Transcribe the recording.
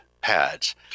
pads